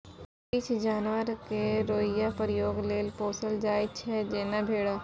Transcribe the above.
किछ जानबर केँ रोइयाँ प्रयोग लेल पोसल जाइ छै जेना भेड़